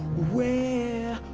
where